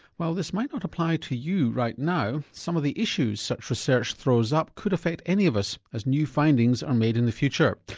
while this might not apply to you right now, some of the issues such research throws up could affect any of us as new findings are made in the future.